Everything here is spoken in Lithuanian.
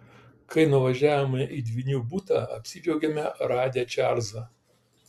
kai nuvažiavome į dvynių butą apsidžiaugėme radę čarlzą